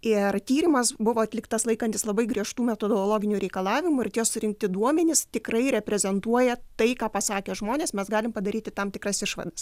ir tyrimas buvo atliktas laikantis labai griežtų metodologinių reikalavimų ir tie surinkti duomenys tikrai reprezentuoja tai ką pasakė žmonės mes galim padaryti tam tikras išvadas